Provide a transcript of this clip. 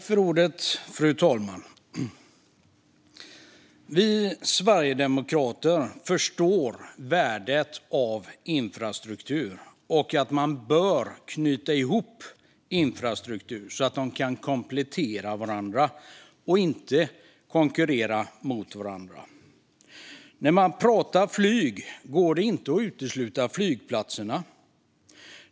Fru talman! Vi sverigedemokrater förstår värdet av infrastruktur och att man bör knyta ihop infrastruktur så att olika sorters infrastruktur kan komplettera varandra och inte konkurrerar med varandra. När man pratar om flyg går det inte att utesluta flygplatserna.